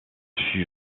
fut